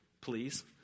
please